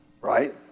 right